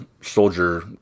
soldier